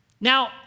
Now